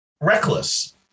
reckless